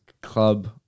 club